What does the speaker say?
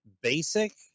basic